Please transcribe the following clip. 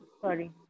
Sorry